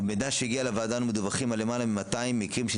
הוועדה קיבלה דיווח על למעלה מ-200 מקרים של